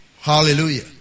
Hallelujah